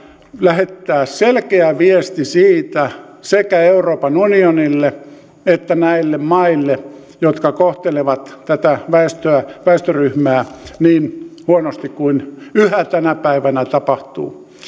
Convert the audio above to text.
lähettää selkeä viesti sekä euroopan unionille että näille maille jotka kohtelevat tätä väestöryhmää väestöryhmää niin huonosti kuin yhä tänä päivänä tapahtuu